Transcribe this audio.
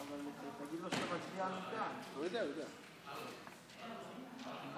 מכרז אנחנו לא יודעים לשנות.